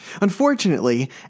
Unfortunately